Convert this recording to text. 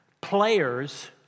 players